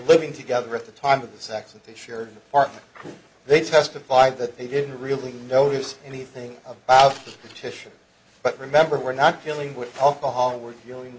living together at the time of the sex and they shared apartment they testified that they didn't really notice anything about it but remember we're not dealing with alcohol we're dealing